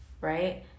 right